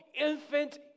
infant